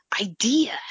idea